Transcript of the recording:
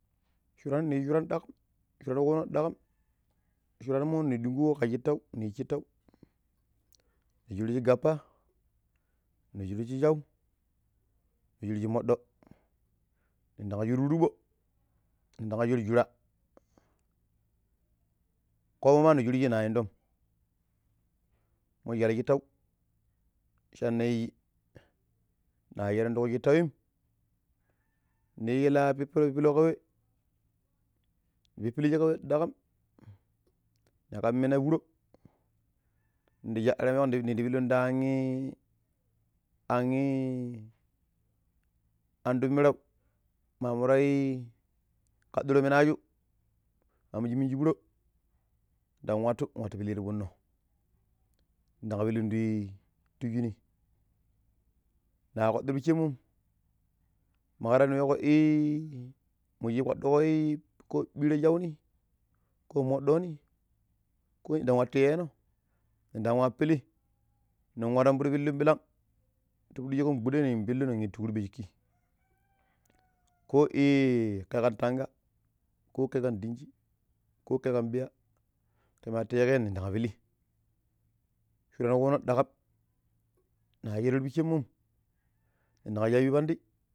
﻿Shuran, ni yijji shuran duk shuran ƙuno ɗakam shuranmo ni ɗunkuko ƙa shittau ni yiiji shitta ni shurji gappa, ni shurji shau, ni shurji moddo nindang shuru turɓo̱o nin ndam shuru jura, komoma ni shurji na indom mu jwal shittau shine, yiiji na shero̱n ti ku shittawim niyiji la pippilo puppilo ƙawe ni pipilji ka wa daƙƙam ni ƙan mina furo ndi shaɗuro mei ninɗi pellun ta? aii, aii an tumirau mamu ra ii ƙaduro minaju mamu minji furo̱ ndang nwatu nwati pilliti funno nindang pillun tii ti shinui, na kpadi ti pishemon maar ni weƙo ii moo shi ƙpaduƙo ɓiiru shauni ko moɗoni, ko dan nwattu yeno dan wa pillu ning waaron pidi pilun ɓilag tipidi shin gbuɗe ning pillun ning utu ƙur ɓe shiki ko ii ke ƙan tanga, ko ke ƙan dinji, ko ke kan ɓiya kemati yeeƙeno ning da̱ng pili shuran ƙuno ɗaƙam na shero ti pishemo nindang shaa piipandi,